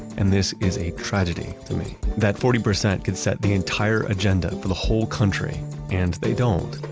and this is a tragedy to me that forty percent could set the entire agenda for the whole country and they don't.